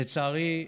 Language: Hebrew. לצערי,